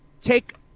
take